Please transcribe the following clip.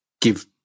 give